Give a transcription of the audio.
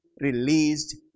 released